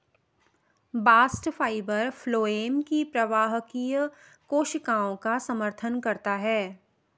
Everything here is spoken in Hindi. बास्ट फाइबर फ्लोएम की प्रवाहकीय कोशिकाओं का समर्थन करता है